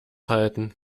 halten